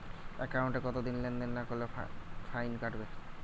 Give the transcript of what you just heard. একাউন্টে কতদিন লেনদেন না করলে ফাইন কাটবে?